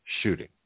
shooting